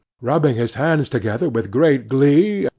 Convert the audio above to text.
rubbing his hands together with great glee,